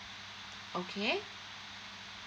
okay